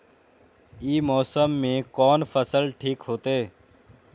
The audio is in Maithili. ई मौसम में कोन फसल ठीक होते?